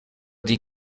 die